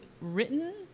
written